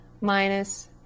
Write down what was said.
minus